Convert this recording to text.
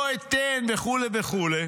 לא אתן וכו' וכו'